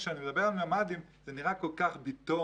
כשאני מדבר על ממ"דים זה נראה כל כך בירוקרטי,